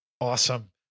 Awesome